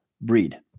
breed